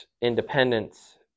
independence